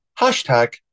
hashtag